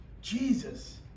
Jesus